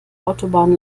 autobahn